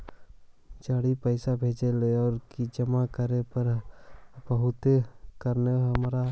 जड़ी पैसा भेजे ला और की जमा करे पर हक्काई बताहु करने हमारा?